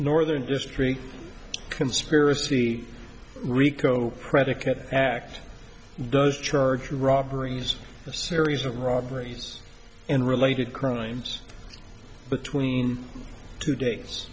northern district conspiracy rico predicate act those charged robberies are series of robberies and related crimes between two dates